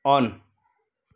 on